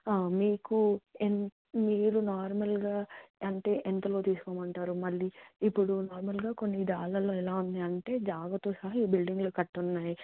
మీకు ఎంత మీరు నార్మల్గా అంటే ఎంతలో తీసుకోమంటారు మళ్ళీ ఇప్పుడు నార్మల్గా కొన్ని డాలలో ఎలా ఉన్నాయంటే జాగాతో సహా ఈ బిల్డింగ్లు కట్టి ఉన్నాయి